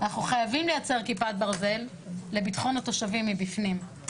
אנחנו חייבים לייצר כיפת ברזל לביטחון התושבים מבפנים.